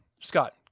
Scott